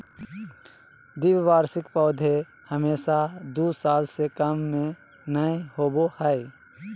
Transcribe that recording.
द्विवार्षिक पौधे हमेशा दू साल से कम में नयय होबो हइ